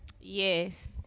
Yes